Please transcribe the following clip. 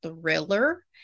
thriller